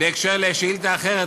בהקשר של שאילתה אחרת,